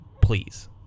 Please